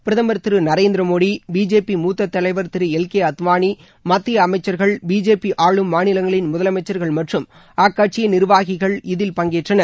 பிரதமர் திரு நரேந்திர மோடி பிஜேபி மூத்த தலைவர் திரு எல் கே அத்வானி மத்திய அமைச்சர்கள் பிஜேபி ஆளும் மாநிலங்களின் முதலமைச்சர்கள் மற்றும் அக்கட்சியின் நிர்வாகிகள் இதில் பங்கேற்றனர்